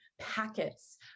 packets